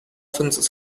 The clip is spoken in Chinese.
分子